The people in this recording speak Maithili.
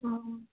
हँ